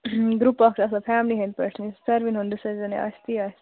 group اکھ چھُ آسان فیملی ہٕنٛدۍ پٲٹھۍ ساروے ہنٛد ڈیسِجن یہِ آسہِ تی آسہِ